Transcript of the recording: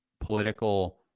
political